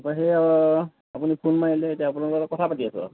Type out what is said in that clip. তাৰ পৰা সেই আৰু আপুনি ফোন মাৰিলে এতিয়া আপোনালোকৰ লগত কথা পাতি আছোঁ আৰু